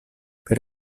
per